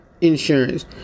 insurance